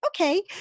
Okay